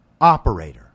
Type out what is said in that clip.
operator